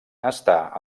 està